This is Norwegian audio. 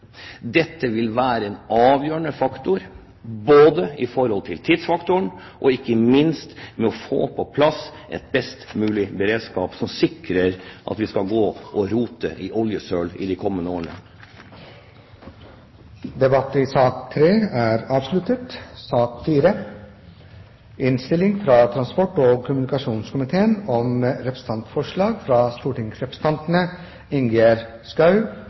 Dette vil være avgjørende når det gjelder tidsfaktoren, og ikke minst når det gjelder å få på plass en best mulig beredskap, som sikrer at vi skal slippe å gå og rote i oljesøl de kommende årene. Flere har ikke bedt om ordet til sak nr. 3. Etter ønske fra transport- og kommunikasjonskomiteen